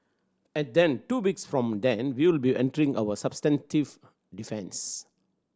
and then two weeks from then we'll be entering our substantive defence